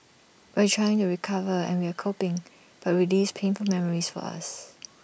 we're trying to recover and we're coping but relives painful memories for us